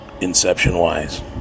inception-wise